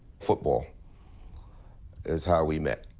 football is how we met.